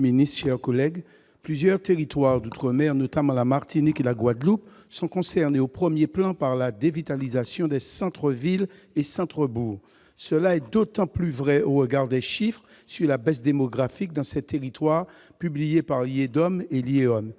Maurice Antiste, sur l'article. Plusieurs territoires d'outre-mer, notamment la Martinique et la Guadeloupe, sont concernés au premier plan par la dévitalisation des centres-villes et centres-bourgs. Cela est d'autant plus vrai au regard des chiffres sur la baisse démographique dans ces territoires, publiés par l'IEDOM, l'Institut